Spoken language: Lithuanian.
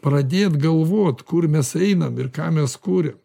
pradėt galvot kur mes einam ir ką mes kuriam